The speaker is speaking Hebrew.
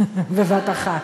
בבת-אחת.